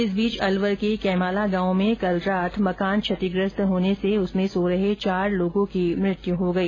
इस बीच अलवर के कैमाला गांव में कल रात मकान क्षतिग्रस्त होने से उसमे सो रहे चार लोगों की मृत्यु हो गई